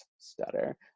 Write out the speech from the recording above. stutter